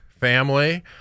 family